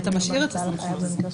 אתה משאיר את הסמכות.